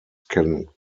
can